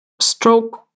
stroke